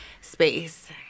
space